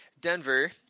Denver